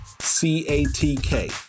C-A-T-K